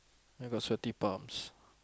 I got sweaty palms